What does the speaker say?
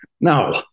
No